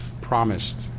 promised